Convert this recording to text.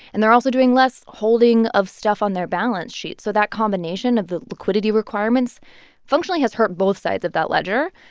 and they're also doing less holding of stuff on their balance sheet. so that combination of liquidity requirements functionally has hurt both sides of that ledger.